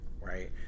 Right